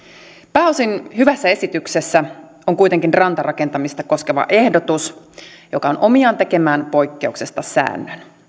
pääosin hyvässä esityksessä on kuitenkin rantarakentamista koskeva ehdotus joka on omiaan tekemään poikkeuksesta säännön